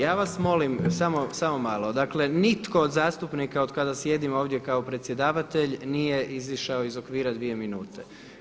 Ja vas molim, samo malo, dakle nitko od zastupnika od kada sjedim ovdje kao predsjedavatelj nije izišao iz okvira 2 minute.